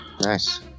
Nice